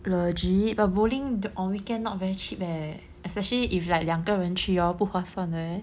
legit but bowling on weekend not very cheap leh especially if like 两个人去 hor 不划算 leh